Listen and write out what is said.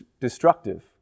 destructive